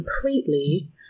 completely